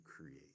create